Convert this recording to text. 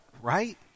right